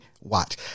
watch